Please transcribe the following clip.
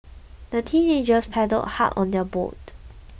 the teenagers paddled hard on their boat